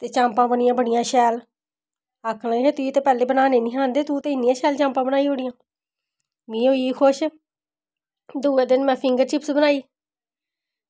ते चाम्पां बनियां बड़ियां शैल आक्खदे तुगी ते बनाना निं हे आंदे तू ते इन्नियां शैल चाम्पां बनाई ओड़ियां ओह् होई खुश दूऐ दिन में फिंगर चिप्स बनाई